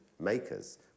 makers